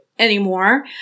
Anymore